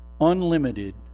Unlimited